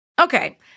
Okay